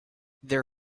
their